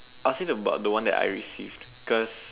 I'll say about the one that I received cause